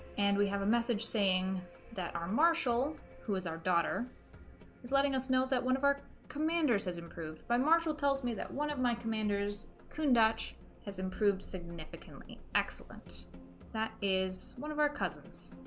and we have a message saying that our marshal who is our daughter is letting us know that one of our commanders has improved by marshall tells me that one of my commanders kunda ch has improved significantly excellent that is one of our cousins